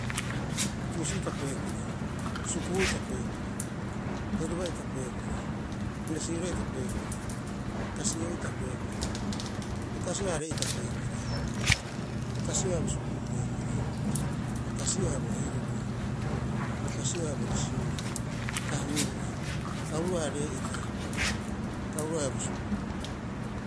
Tuusi'ita peekira, sukuu'ita peekira, heruba'ita peekira, resiura'ita peekira, kasi'oo'ita peekira, bo kasi'oo haia aree'ita peekira, bo kasi'oo haia bo suku'u peekira, bo kasi'oo haia bo heruba, bo kasi'oo haia bo resira, kahu'uro'a, kahu'uro'a haia are'ita, kahu'uro'a haia bo suku'u.